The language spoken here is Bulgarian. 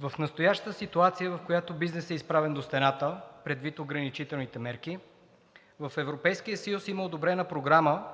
В настоящата ситуация, в която бизнесът е изправен до стената предвид ограничителните мерки, в Европейския съюз има одобрена програма,